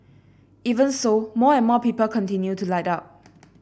even so more and more people continue to light up